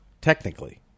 Technically